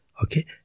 Okay